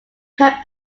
hope